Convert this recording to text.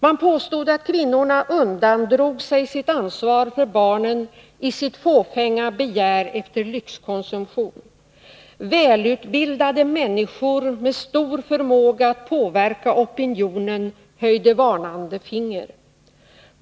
Man påstod att kvinnorna undandrog sig sitt ansvar för barnen i sitt fåfänga ”begär efter lyxkonsumtion”. Välutbildade människor med stor förmåga att påverka opinionen höjde ett varnande finger.